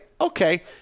okay